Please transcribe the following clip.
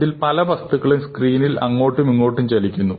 ഇതിൽ പല വസ്തുക്കളും സ്ക്രീനിൽ അങ്ങോട്ടുമിങ്ങോട്ടും ചലിക്കുന്നു